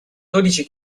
dodici